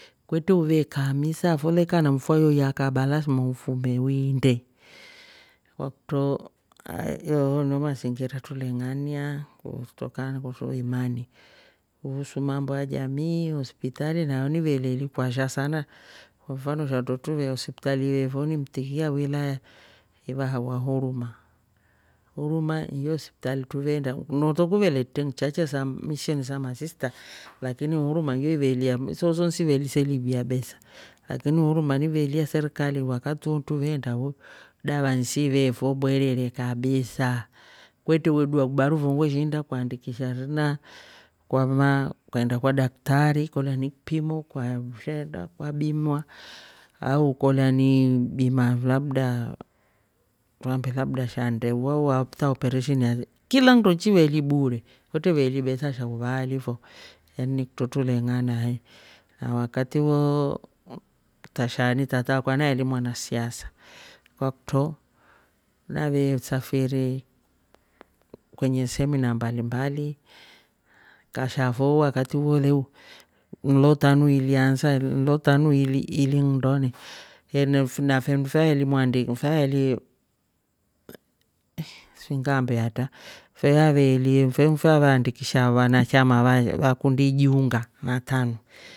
Kwetre uvekaa misa fo leka na mfua yo yakaba lasima ufume uiinde kwakutro yooyo ndo masingita tuleng'ania kutokana- kuhusu imani. kuhusu mambo a jamii hosipitali nayo iveli kwasha kwa mfano shandu truve hospitali iveefo ni mtiki ya wilaya iveaahawa huruma. huruma niyo hospitali truveenda nooto kuventre nchache sam- misheni sa masista lakini huruma nyovelia ya- nsooso nso siveeli se libia besa lakini huruma iveeli ya serikali wakati wo truveenda fo dava siveefo bwereee kabisaaa kwetre we dua kibaru fo weshiinda ukaandikisha rina kwamaa kweenda kwa daktaari kolya ni kipimo ukaveukchya enda ukabimwa au kolya ni ibima labda truambe labda sha ndeu hata operesheni. kila nndo chiveeli bure kwetre iveeli besa sha uvaali fo yani ni kutro tule ng'ana he na wakati wooo tasha ali tataa akwa aeli mwana siasa kwakutro navesafiri kwenye semina mbali mbali kashaa foo wakati wo leu nlo tanu ili ansa. nlo tanu ili ili nndoni nafenfe aeli- nfe aeli sijui ngaambe atra fe aveeli. nfe aveandikisha vana chama va- vakundi ijuunga na tanu